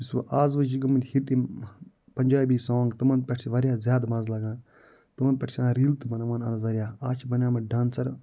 یُس وٕ آز وٕ چھِ گٔمٕتۍ ہِٹ یِم پنجابی سانٛگ تِمَن پٮ۪ٹھ چھِ واریاہ زیادٕ مَزٕ لگان تِمَن پٮ۪تھ چھِ آسان ریٖلہٕ تہِ بناوان آز واریاہ آز چھِ بنٲے مٕتۍ ڈانسَر